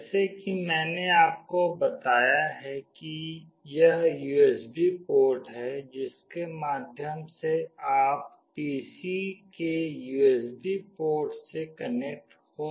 जैसे कि मैंने आपको बताया है कि यह USB पोर्ट है जिसके माध्यम से आप पीसी के USB पोर्ट से कनेक्ट हो सकते हैं